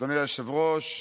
אדוני היושב-ראש,